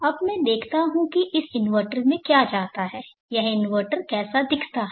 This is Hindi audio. अब मैं देखता हूं कि इस इन्वर्टर में क्या जाता है यह इन्वर्टर कैसा दिखता है